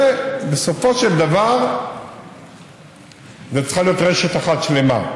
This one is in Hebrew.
ובסופו של דבר זו צריכה להיות רשת אחת שלמה.